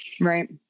Right